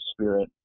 Spirit